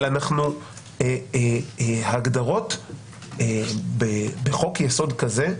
אבל ההגדרות בחוק-יסוד כזה,